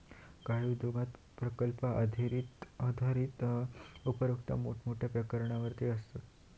काही उद्योगांत प्रकल्प आधारित उपोक्रम मोठ्यो प्रमाणावर आसता